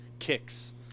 Kicks